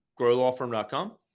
growlawfirm.com